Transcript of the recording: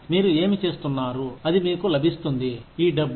మీరు ఏమి చేస్తున్నారు అది మీకు లభిస్తుంది ఈ డబ్బు